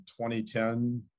2010